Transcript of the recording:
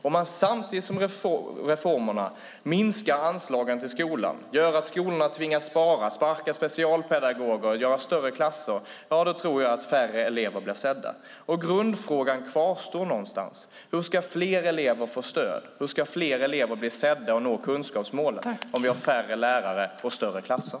Om man samtidigt med reformerna minskar anslagen till skolan, gör att skolorna tvingas spara, sparkar specialpedagoger och gör större klasser tror jag att färre elever blir sedda. Grundfrågan kvarstår någonstans: Hur ska fler elever få stöd? Hur ska fler elever bli sedda och nå kunskapsmålen om vi har färre lärare och större klasser?